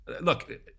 look